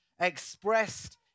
expressed